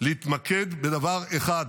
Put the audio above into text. להתמקד בדבר אחד,